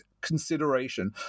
consideration